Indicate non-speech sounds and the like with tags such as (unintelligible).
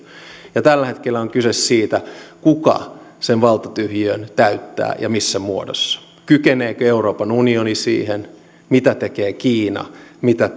tällä hetkellä on kyse siitä kuka sen valtatyhjiön täyttää ja missä muodossa kykeneekö euroopan unioni siihen mitä tekee kiina mitä (unintelligible)